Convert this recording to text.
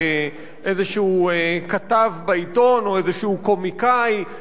או איזה כתב בעיתון או איזה קומיקאי,